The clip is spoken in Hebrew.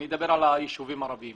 בישובים הערבים